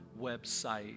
website